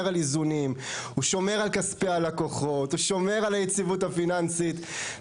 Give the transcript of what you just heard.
על איזונים; על כספי הלקוחות; ועל היציבות הפיננסית.